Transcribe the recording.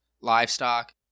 livestock